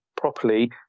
properly